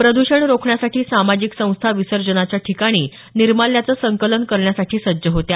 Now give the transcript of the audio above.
प्रदृषण रोखण्यासाठी सामाजिक संस्था विसर्जनाच्या ठिकाणी निर्माल्याचं संकलन करण्यासाठी सज्ज होत्या